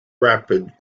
rapid